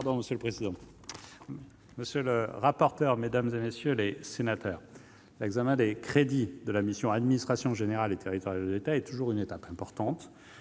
parole est à M. le ministre. Monsieur le président, mesdames, messieurs les sénateurs, l'examen des crédits de la mission « Administration générale et territoriale de l'État » est toujours une étape importante.